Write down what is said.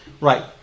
Right